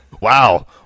Wow